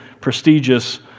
prestigious